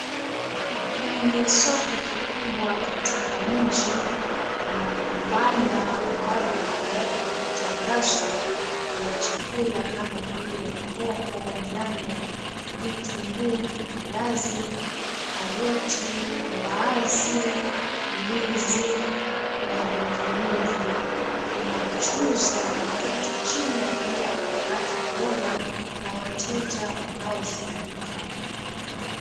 Kwenye soko kikubwa katika mji, kuna vibanda ambavyo vimewekwa vitandazo vya chakula kama vile hoho, nyanya, vitunguu, viazi, karoti, mbaazi, ndizi na vinginevyo. Kuna mchuuzi ameketi chini akiweza kuyakata mboga na wateja wanaozunguka.